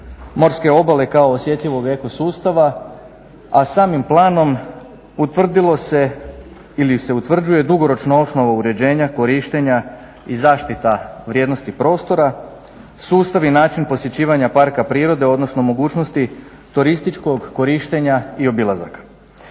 morske obale kao osjetljivog ekosustava, a samim planom utvrdilo se ili se utvrđuje dugoročna osnova uređenja, korištenja i zaštita vrijednosti prostora, sustav i način posjećivanja parka prirode odnosno mogućnosti turističkog korištenja i obilazaka.